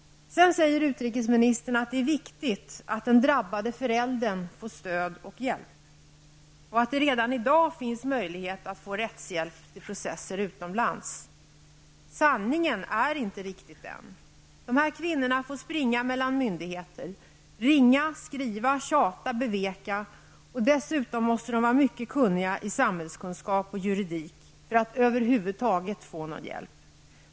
Sedan säger utrikesministern att det är viktigt att den drabbade föräldern får stöd och hjälp och att det redan i dag finns möjlighet att få rättshjälp i processer utomlands. Sanningen är inte riktigt den. De här kvinnorna får springa mellan myndigheter -- ringa, skriva, tjata och beveka -- och dessutom måste de vara mycket kunniga i samhällskunskap och juridik för att över huvud taget få någon hjälp.